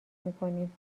میکنیم